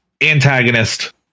antagonist